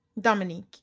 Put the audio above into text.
dominique